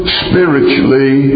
spiritually